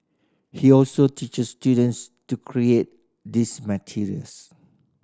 he also teaches students to create these materials